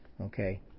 okay